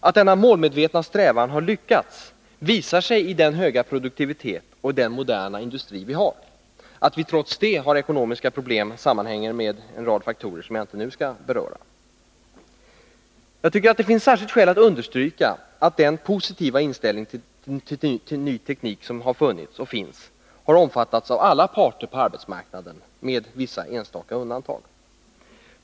Att denna målmedvetna strävan har lyckats visar sig i den höga produktivitet och den moderna industri som vi har. Att vi trots detta har ekonomiska problem sammanhänger med en rad faktorer som jag inte nu skall beröra. Det finns särskilda skäl att understryka att den positiva inställning till ny teknik som har funnits — och finns — har omfattats av alla parter på arbetsmarknaden, med vissa enstaka undantag.